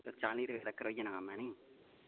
तां चाली रपेऽ तक्कर होई जाना कम्म हैनी